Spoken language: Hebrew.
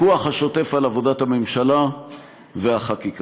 הפיקוח השוטף על עבודת הממשלה והחקיקה.